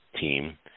team